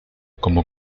como